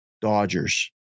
Dodgers